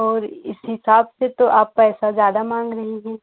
और इस हिसाब से तो आप पैसा ज़्यादा मांग रहीं हैं